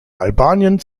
albanien